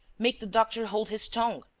make the doctor hold his tongue.